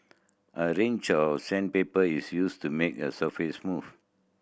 a range of sandpaper is used to make the surface smooth